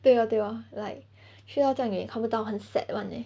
对 lor 对 lor like 去到这样远看不到很 sad [one] leh